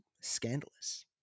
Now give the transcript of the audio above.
scandalous